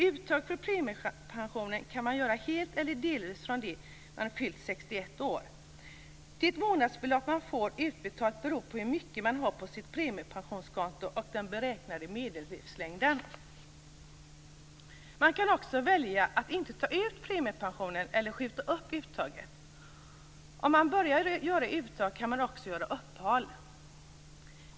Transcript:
Uttag från premiepensionen kan man göra helt eller delvis från det att man fyllt 61 år. Vilket månadsbelopp man får utbetalat beror på hur mycket man har på sitt premiepensionskonto och den beräknade medellivslängden. Man kan också välja att inte ta ut premiepensionen eller skjuta upp uttaget. Om man börjar göra uttag kan man också göra uppehåll.